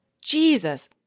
Jesus